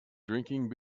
drinking